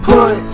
Put